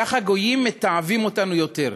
כך הגויים מתעבים אותנו יותר.